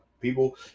People